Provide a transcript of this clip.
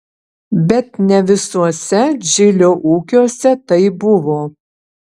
bet ne visuose džilio ūkiuose taip buvo